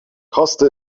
koste